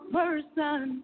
person